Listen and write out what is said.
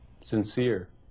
sincere